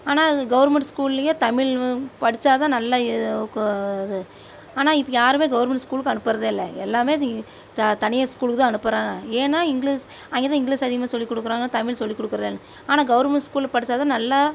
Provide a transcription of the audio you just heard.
ஆனால் அது கவுர்மெண்ட்டு ஸ்கூல்லையே தமிழ் வ படிச்சால் தான் நல்லா கோ இது ஆனால் இப்போ யாருமே கவுர்மெண்ட் ஸ்கூலுக்கு அனுப்புறதே இல்லை எல்லாமே இது தா தனியார் ஸ்கூலுக்கு தான் அனுப்புகிறாங்க ஏன்னால் இங்கிலீஸ் அங்கே தான் இங்கிலீஸ் அதிகமாக சொல்லிக் கொடுக்கறாங்க தமிழ் சொல்லிக் குடுக்கறதில்லங்க ஆனால் கவுர்மெண்ட் ஸ்கூலில் படிச்சால் தான் நல்லா